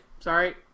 Sorry